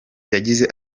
yagize